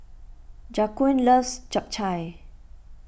Jaquan loves Japchae